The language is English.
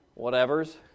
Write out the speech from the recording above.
whatevers